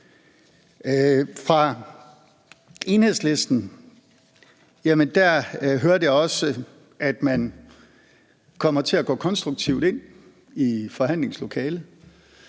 Fra Enhedslisten hørte jeg også, at man kommer til at gå konstruktivt ind i forhandlingslokalet,